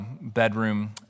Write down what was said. bedroom